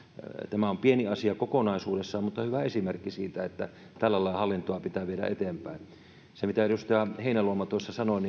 tämä on pieni asia kokonaisuudessaan mutta hyvä esimerkki siitä että tällä lailla hallintoa pitää viedä eteenpäin voin yhtyä täysin tuohon näkökulmaan mitä edustaja heinäluoma tuossa sanoi